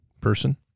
person